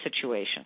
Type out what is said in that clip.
situation